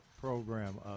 Program